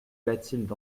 bathilde